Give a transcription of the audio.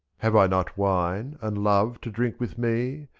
have i not wine, and love to drink with me,